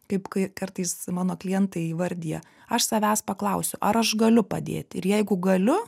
kaip kai kartais mano klientai įvardija aš savęs paklausiu ar aš galiu padėt ir jeigu galiu